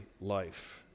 life